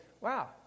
wow